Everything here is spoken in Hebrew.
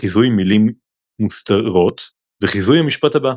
חיזוי מילים מוסתרות וחיזוי המשפט הבא.